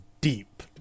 deep